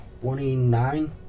twenty-nine